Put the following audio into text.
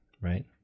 right